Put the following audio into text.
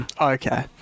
Okay